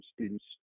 students